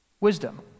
Wisdom